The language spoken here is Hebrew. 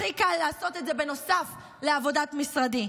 הכי קל לעשות את זה בנוסף לעבודת משרדי.